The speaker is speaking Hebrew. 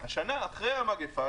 השנה אחרי המגפה,